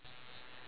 ya